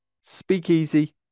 speakeasy